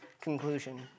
conclusion